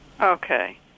Okay